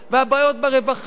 והבעיות ברווחה,